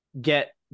get